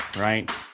right